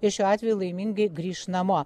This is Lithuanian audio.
ir šiuo atveju laimingai grįš namo